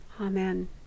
Amen